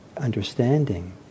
understanding